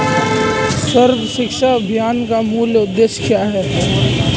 सर्व शिक्षा अभियान का मूल उद्देश्य क्या है?